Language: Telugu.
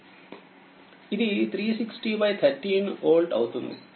ఇది36013వోల్ట్అవుతుంది